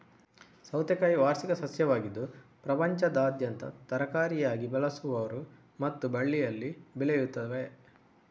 ಸೌತೆಕಾಯಿ ವಾರ್ಷಿಕ ಸಸ್ಯವಾಗಿದ್ದು ಪ್ರಪಂಚದಾದ್ಯಂತ ತರಕಾರಿಯಾಗಿ ಬಳಸುವರು ಮತ್ತು ಬಳ್ಳಿಯಲ್ಲಿ ಬೆಳೆಯುತ್ತವೆ